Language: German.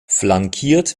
flankiert